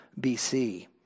BC